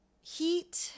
Heat